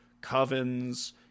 covens